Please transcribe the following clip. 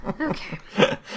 Okay